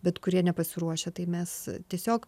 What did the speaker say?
bet kurie nepasiruošę tai mes tiesiog